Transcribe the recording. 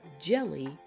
jelly